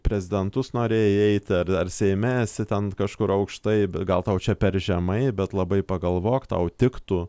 prezidentus norėjai eiti ar ar seime esi ten kažkur aukštai bet gal tau čia per žemai bet labai pagalvok tau tiktų